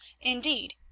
Indeed